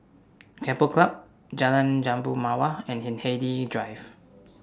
Keppel Club Jalan Jambu Mawar and Hindhede Drive